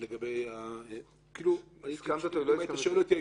אם היית שואל אותי,